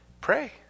pray